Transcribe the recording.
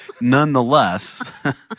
nonetheless